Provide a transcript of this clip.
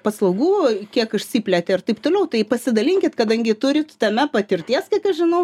paslaugų kiek išsiplėtė ir taip toliau tai pasidalinkit kadangi turit tame patirties kiek aš žinau